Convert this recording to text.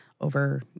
over